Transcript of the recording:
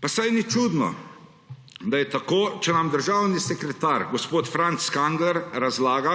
Pa saj ni čudno, da je tako, če nam državni sekretar gospod Franc Kangler razlaga,